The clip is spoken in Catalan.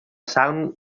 salm